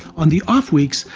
on the off weeks,